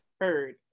Heard